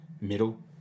middle